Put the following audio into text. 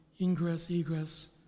ingress-egress